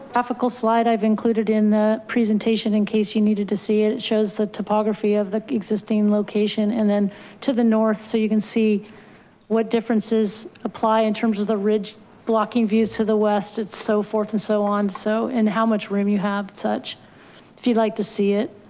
africa slide i've included in the presentation in case you needed to see it. it shows the topography of the existing location and then to the north. so you can see what differences apply in terms of the ridge blocking views to the west. it's so forth and so on. so, and how much room you have touch if you'd like to see it.